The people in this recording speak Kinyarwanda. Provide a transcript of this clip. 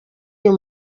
uyu